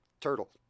turtle